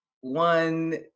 one